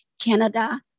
Canada